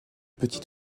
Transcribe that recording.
petit